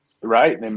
Right